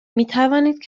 میتوانید